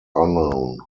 unknown